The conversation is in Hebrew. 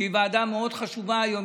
שהיא ועדה מאוד חשובה היום,